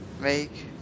make